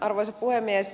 arvoisa puhemies